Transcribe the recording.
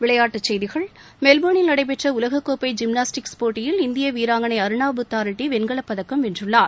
விளையாட்டுச் செய்திகள் மெல்பர்னில் நடைபெற்ற உலகக்கோப்பை ஜிம்னாஸ்டிக்ஸ் போட்டியில் இந்திய வீராங்கனை அருணா புத்தா ரெட்டி வெண்கலப்பதக்கம் வென்றுள்ளார்